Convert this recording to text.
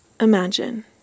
Imagine